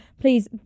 Please